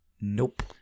nope